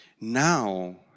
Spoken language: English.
Now